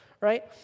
right